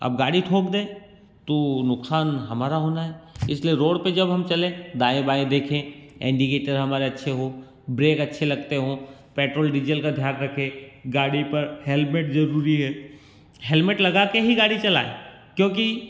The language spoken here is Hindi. अब गाड़ी ठोक दे तो नुकसान हमारा होना है इसलिए रोड़ पर जब हम चलें दाएँ बाएँ देखें एंडीकेटर हमारा अच्छे हो ब्रेक अच्छे लगते हों पैट्रोल डीज़ल का ध्यान रखें गाड़ी पर हेलमेट ज़रूरी है हेलमेट लगा कर ही गाड़ी चलाएँ क्योंकि